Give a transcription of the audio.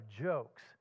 jokes